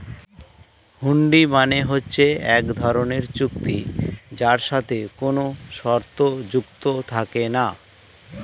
হুন্ডি মানে হচ্ছে এক ধরনের চুক্তি যার সাথে কোনো শর্ত যুক্ত থাকে না